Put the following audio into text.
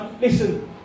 listen